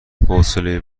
حوصله